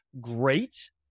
Great